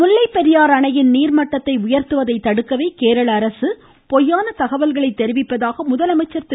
முல்லைப்பெரியாறு அணையின் நீர்மட்டத்தை உயர்த்துவதை தடுக்கவே கேரள அரசு பொய்யான தகவல்களை தெரிவிப்பதாக முதலமைச்சர் திரு